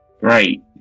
Right